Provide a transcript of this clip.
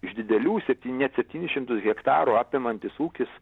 iš didelių septyn net septynis šimtus hektarų apimantis ūkis